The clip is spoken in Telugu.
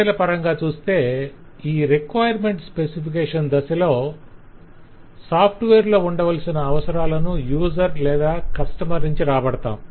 దశల పరంగా చూస్తే ఈ రిక్వైర్మెంట్ స్పెసిఫికేషన్ దశలో సాఫ్ట్వేర్ లో ఉండవలసిన అవసరాలను యూసర్ లేదా కస్టమర్ నుంచి రాబడతాం